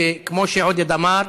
שכמו שעודד אמר,